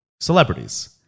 celebrities